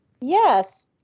yes